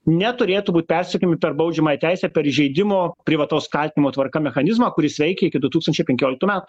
neturėtų būt persekiojami per baudžiamąją teisę per įžeidimo privataus kaltinimo tvarka mechanizmą kuris veikė iki du tūkstančiai penkioliktų metų